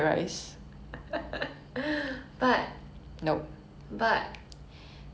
no I was going to say I really like the